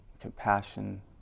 compassion